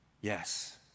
Yes